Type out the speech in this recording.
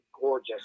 gorgeous